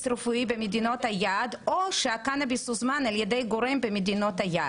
רפואי במדינות היעד או שהקנאביס הוזמן על ידי גורם במדינות היעד".